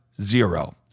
zero